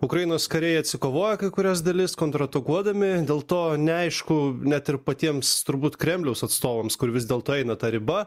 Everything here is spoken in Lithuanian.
ukrainos kariai atsikovoja kai kurias dalis kontratakuodami dėl to neaišku net ir patiems turbūt kremliaus atstovams kur vis dėlto eina ta riba